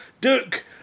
Duke